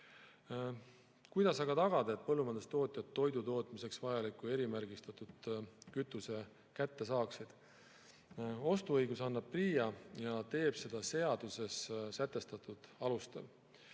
aga tagada, et põllumajandustootjad toidutootmiseks vajaliku erimärgistatud kütuse kätte saavad? Ostuõiguse annab PRIA ja teeb seda seaduses sätestatud alustel.